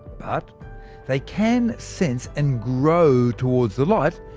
but they can sense and grow towards the light,